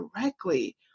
directly